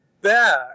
back